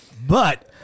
But-